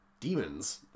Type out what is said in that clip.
Demons